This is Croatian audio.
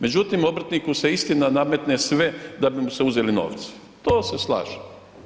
Međutim obrtniku se istina nametne sve da bi mu se uzeli novci, to se slažem.